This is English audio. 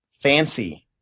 fancy